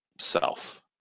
self